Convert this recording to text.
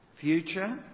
future